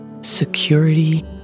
security